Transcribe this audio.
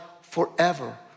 forever